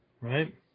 right